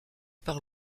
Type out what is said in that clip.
par